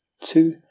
two